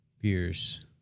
Beers